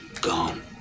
gone